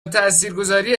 تاثیرگذاری